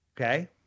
Okay